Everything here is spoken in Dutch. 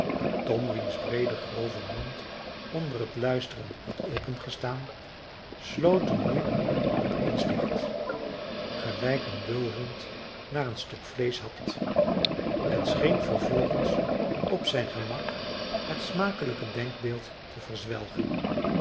tom wiens breede grove mond onder het luisteren had opengestaan sloot hem nu op eens dicht gelijk een bulhond naar een stuk vleesch hapt en scheen vervolgens op zijn gemak het smakelijke denkbeeld te verzwelgen